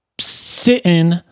sitting